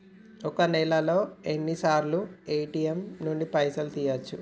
ఒక్క నెలలో ఎన్నిసార్లు ఏ.టి.ఎమ్ నుండి పైసలు తీయచ్చు?